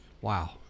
Wow